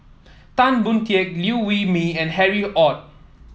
Tan Boon Teik Liew Wee Mee and Harry Ord